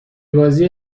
بازی